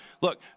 look